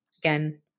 again